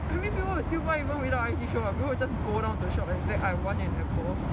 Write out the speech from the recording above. I mean people will still buy even without I_T show [what] people will just go down to the shop and say I want an apple